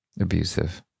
abusive